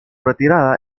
retirada